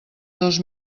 dos